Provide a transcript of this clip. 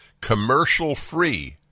commercial-free